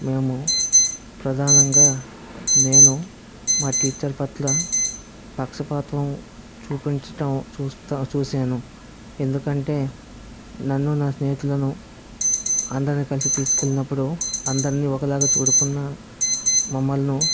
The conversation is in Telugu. మేము ప్రధానంగా నేను మా టీచర్ పట్లా పక్షపాతం చూపించటం చూస్తా చూసాను ఎందుకంటే నన్ను నా స్నేహితులను అందరిని కలిసి తీసుకు వెళ్ళినప్పుడు అందరిని ఒకలాగా చూడకుండా మమ్మల్ని